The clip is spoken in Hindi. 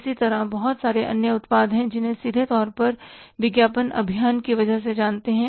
इसी तरह बहुत सारे अन्य उत्पाद हैं जिन्हें लोग सीधे तौर पर विज्ञापन अभियान की वजह से जानते हैं